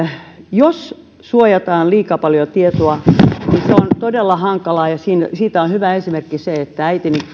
jos suojataan liian paljon tietoa niin se on todella hankalaa ja siitä on hyvä esimerkki se että äitini